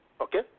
Okay